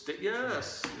yes